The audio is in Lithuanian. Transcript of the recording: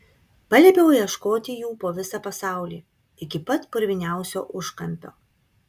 paliepiau ieškoti jų po visą pasaulį iki pat purviniausio užkampio